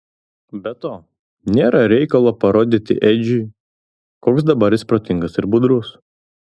be to nėra reikalo parodyti edžiui koks dabar jis protingas ir budrus